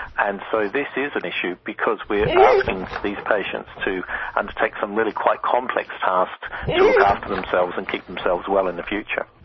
and so this is an issue because we are asking these patients to undertake some really quite complex tasks to look after themselves and keep themselves well in the future.